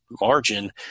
margin